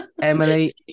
Emily